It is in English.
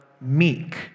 meek